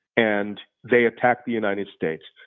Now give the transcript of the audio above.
and they attacked the united states,